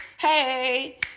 Hey